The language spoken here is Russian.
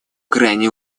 крайне